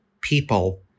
people